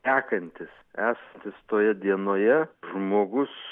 tekantis esantis toje dienoje žmogus